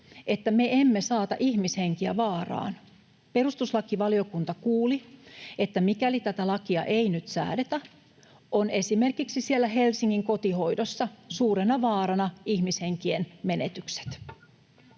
että me emme saata ihmishenkiä vaaraan. Perustuslakivaliokunta kuuli, että mikäli tätä lakia ei nyt säädetä, on esimerkiksi siellä Helsingin kotihoidossa suurena vaarana ihmishenkien menetykset.